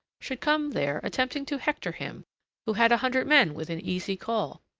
should come there attempting to hector him who had a hundred men within easy call.